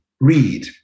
Read